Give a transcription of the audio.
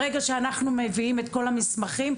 ברגע שאנחנו מביאים את כל המסמכים,